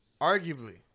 Arguably